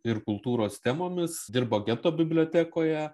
ir kultūros temomis dirbo geto bibliotekoje